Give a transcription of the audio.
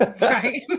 Right